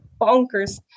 bonkers